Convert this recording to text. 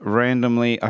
randomly